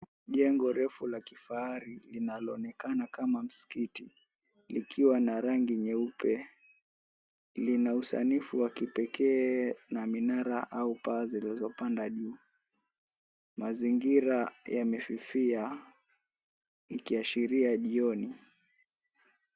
Jengo refu la kifahari linaloonekana kama msikiti likiwa na rangi nyeupe, linausanifu wa kipekee na minara au paa zilizopanda juu mazingira yameafilia kuashiria jioni.